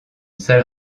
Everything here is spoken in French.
salle